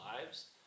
lives